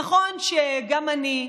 נכון שגם אני,